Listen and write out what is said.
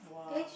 !wah!